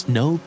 no